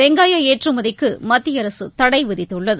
வெங்காய ஏற்றுமதிக்கு மத்திய அரசு தடை விதித்துள்ளது